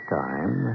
time